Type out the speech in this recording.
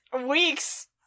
Weeks